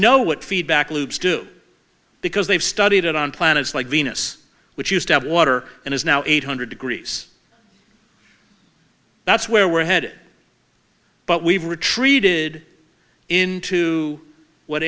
know what feedback loops do because they've studied it on planets like venus which used to have water and is now eight hundred degrees that's where we're headed but we've retreated into what